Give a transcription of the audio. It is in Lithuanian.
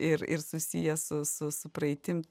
ir ir susijęs su su su praeitim